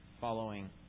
following